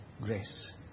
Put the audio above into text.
Grace